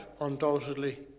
undoubtedly